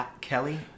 Kelly